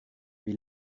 wie